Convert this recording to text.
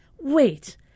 wait